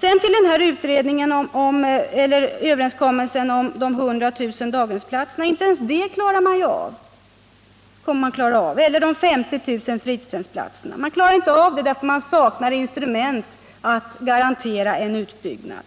Sedan till överenskommelsen om de 100 000 daghemsplatserna och de 50 000 fritidshemsplatserna. Inte ens detta kommer kommunerna att klara av. Man klarar inte av det, därför att man saknar instrument att garantera en utbyggnad.